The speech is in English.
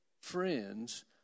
friends